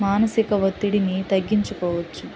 మానసిక ఒత్తిడిని తగ్గించుకోవచ్చు